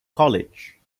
college